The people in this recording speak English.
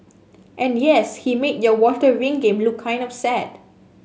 and yes he made your water ring game look kind of sad